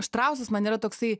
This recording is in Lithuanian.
štrausas man yra toksai